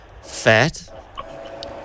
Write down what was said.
fat